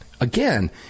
again